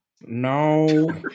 No